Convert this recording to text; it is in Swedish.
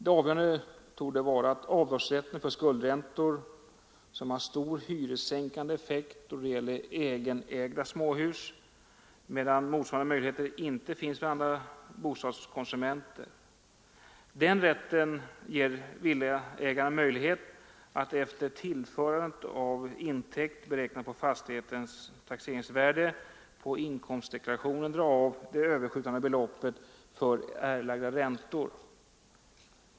Det avgörande torde vara avdragsrätten för skuldräntor som har stor hyressänkande effekt då det gäller egenägda småhus, medan motsvarande möjligheter inte finns för andra bostadskonsumenter. Den rätten ger villaägaren möjlighet att efter tillförande av intäkt beräknad på fastighetens taxeringsvärde på inkomstdeklarationen dra av det överskjutande beloppet för erlagda räntor.